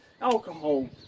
alcohol